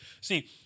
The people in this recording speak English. see